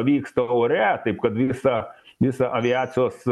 vyksta ore taip kad visa visa aviacijos